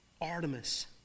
Artemis